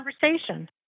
conversation